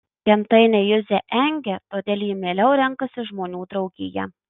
gentainiai juzę engia todėl ji mieliau renkasi žmonių draugiją